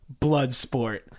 Bloodsport